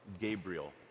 Gabriel